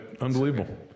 unbelievable